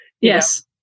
Yes